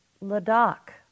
Ladakh